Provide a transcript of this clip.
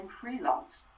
freelance